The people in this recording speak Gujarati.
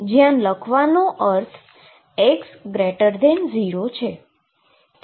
જ્યાં લખવાનો અર્થ x 0 છે